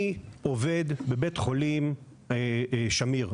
אני עובד בבית חולים שמיר,